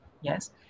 yes